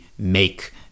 make